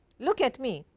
look at me,